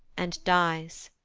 and dies.